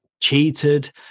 cheated